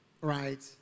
right